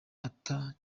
ata